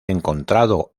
encontrado